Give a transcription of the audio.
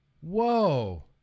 Whoa